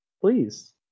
please